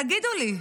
תגידו לי,